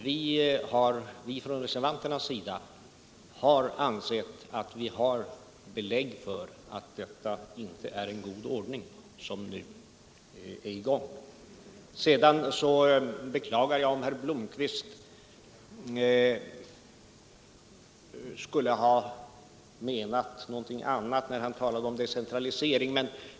Vi reservanter har ansett att vi har belägg för att det inte är någon god ordning just nu. Sedan beklagar jag om herr Blomkvist menade någonting mera metafysiskt när han talade om decentralisering.